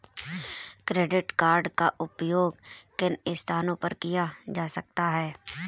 Credit card का उपयोग किन स्थानों पर किया जा सकता है?